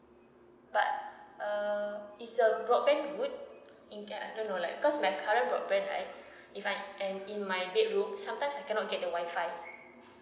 but uh it's your broadband good in like I don't know like cause my current broadband right if I am in my bedroom sometimes I cannot get the wifi